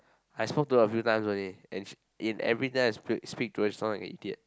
I spoke to her a few times only and sh~ in every time I speak speak to her she sound like a idiot